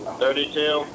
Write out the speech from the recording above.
thirty-two